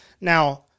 Now